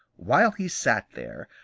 while he sat there,